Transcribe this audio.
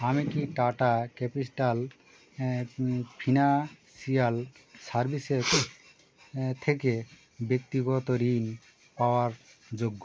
আমি কি টাটা ক্যাপিটাল হ্যাঁ ফিন্যান্সিয়াল সার্ভিসেস থেকে ব্যক্তিগত ঋণ পাওয়ার যোগ্য